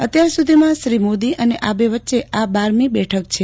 અત્યાર સૂધીમાં શ્રી મોદી અને આબે વચ્ચે આ બારમી બેઠક છે